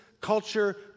culture